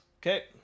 Okay